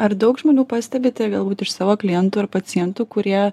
ar daug žmonių pastebite galbūt iš savo klientų ar pacientų kurie